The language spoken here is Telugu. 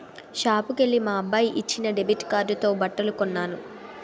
షాపుకెల్లి మా అబ్బాయి ఇచ్చిన డెబిట్ కార్డుతోనే బట్టలు కొన్నాను